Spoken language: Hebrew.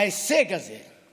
ההישג הזה,